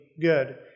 good